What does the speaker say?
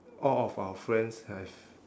all of our friends have